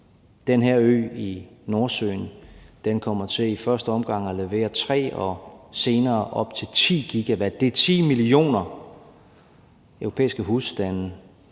Den her ø i Nordsøen kommer til i første omgang at levere 3 GW og senere op til 10 GW. Det er 10 millioner europæiske husstande,